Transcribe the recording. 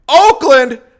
Oakland